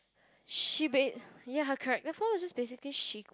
she basically~ ya her character flaw was just basically she